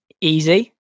Easy